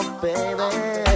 Baby